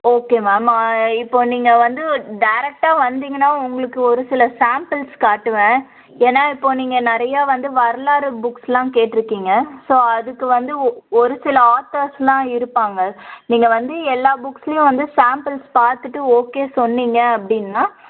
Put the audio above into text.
okay ma'am இப்போ நீங்கள் வந்து டேரக்ட்டாக வந்திங்கன்னா உங்களுக்கு ஒரு சில சாம்பிள்ஸ் காட்டுவேன் ஏன்னா இப்போ நீங்கள் நிறையா வந்து வரலாறு புக்ஸ்லாம் கேட்டுருக்கிங்க ஸோ அதுக்கு வந்து ஒரு சில ஆத்தர்ஸ்லாம் இருப்பாங்க நீங்கள் வந்து எல்லா புக்ஸ்லையும் வந்து சாம்பிள்ஸ் பார்த்துட்டு ஓகே சொன்னிங்க அப்படினா